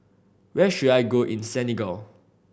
where should I go in Senegal